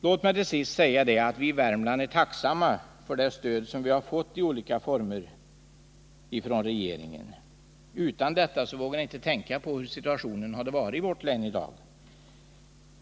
Låt mig till sist säga att vi i Värmland är tacksamma för det stöd som vi har fått i olika former från regeringen. Jag vågar inte tänka på hur situationen skulle ha varit i vårt län i dag, om vi inte hade haft detta stöd.